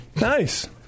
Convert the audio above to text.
Nice